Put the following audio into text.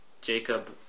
Jacob